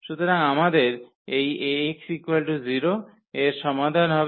সুতরাং আমাদের এই 𝐴𝑥 0 এর সমাধান হবে